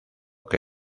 que